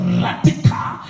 radical